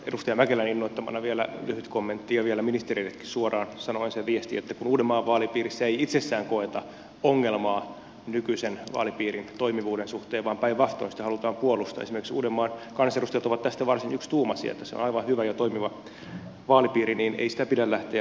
edustaja mäkelän innoittamana vielä lyhyt kommentti ja vielä ministerillekin suoraan sanoen se viesti että kun uudenmaan vaalipiirissä ei itsessään koeta ongelmaa nykyisen vaalipiirin toimivuuden suhteen vaan päinvastoin sitä halutaan puolustaa esimerkiksi uudenmaan kansanedustajat ovat tästä varsin yksituumaisia että se on aivan hyvä ja toimiva vaalipiiri niin ei sitä pidä lähteä rikkomaan